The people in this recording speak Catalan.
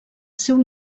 seu